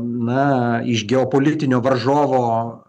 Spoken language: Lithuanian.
na iš geopolitinio varžovo